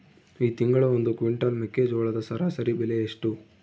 ಈ ತಿಂಗಳ ಒಂದು ಕ್ವಿಂಟಾಲ್ ಮೆಕ್ಕೆಜೋಳದ ಸರಾಸರಿ ಬೆಲೆ ಎಷ್ಟು?